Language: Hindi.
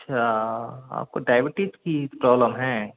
अच्छा आप को डायबिटीज की प्रॉब्लम है